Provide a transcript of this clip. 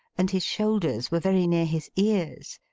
and his shoulders were very near his ears,